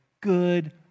good